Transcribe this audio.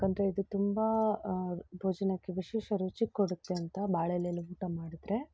ಯಾಕೆಂದ್ರೆ ಇದು ತುಂಬ ಭೋಜನಕ್ಕೆ ವಿಶೇಷ ರುಚಿ ಕೊಡುತ್ತೆ ಅಂತ ಬಾಳೆಲೇಲಿ ಊಟ ಮಾಡಿದರೆ